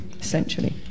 essentially